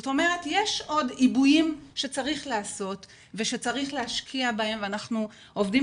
זאת אומרת יש עוד עיבויים שצריך לעשות ושצריך להשקיע בהם ואנחנו עובדים